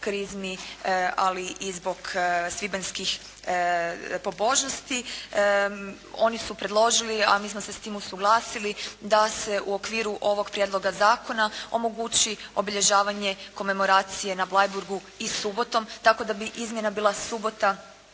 ali i zbog svibanjskih pobožnosti. Oni su predložili, a mi smo se sa time usuglasili da se u okviru ovoga prijedloga zakona, omogući obilježavanje komemoracije na Bleiburgu i subotom. Tako da bi izmjena bila subota